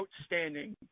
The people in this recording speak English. outstanding